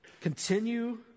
continue